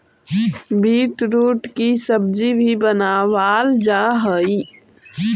beetroot की सब्जी भी बनावाल जा हई